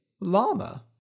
llama